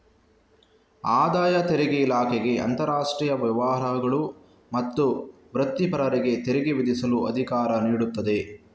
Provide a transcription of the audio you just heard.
ಆದಾಯ ತೆರಿಗೆ ಇಲಾಖೆಗೆ ಅಂತರಾಷ್ಟ್ರೀಯ ವ್ಯವಹಾರಗಳು ಮತ್ತು ವೃತ್ತಿಪರರಿಗೆ ತೆರಿಗೆ ವಿಧಿಸಲು ಅಧಿಕಾರ ನೀಡುತ್ತದೆ